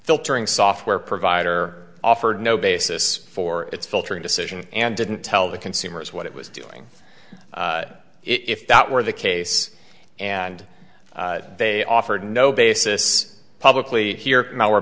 filtering software provider offered no basis for its filtering decision and didn't tell the consumers what it was doing if that were the case and they offered no basis publicly here